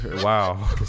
Wow